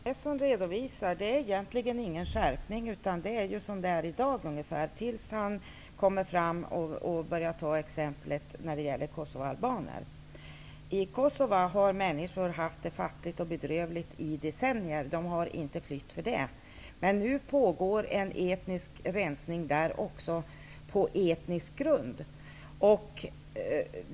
Fru talman! Det som Gustaf von Essen redovisar är egentligen ingen skärpning, utan det är läget i dag, förutom när han tar exemplet med kosovaalbaner. I Kosova har människor haft det fattigt och bedrövligt i decennier, men de har inte flytt för det. Men nu pågår också där en rensning på etnisk grund.